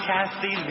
Kathy